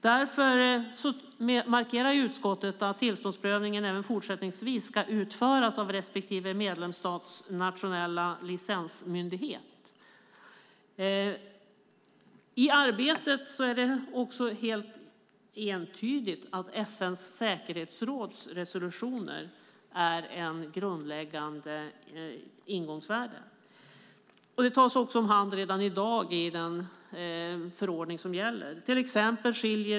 Därför markerar utskottet att tillståndsprövningen även i fortsättningen ska utföras av respektive medlemsstats nationella licensmyndighet. I arbetet är det helt entydigt att FN:s säkerhetsrådsresolutioner utgör grundläggande ingångsvärden. De tas om hand i dag i gällande förordning.